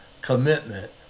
commitment